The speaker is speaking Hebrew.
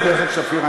חברת הכנסת שפיר.